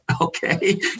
Okay